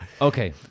Okay